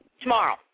tomorrow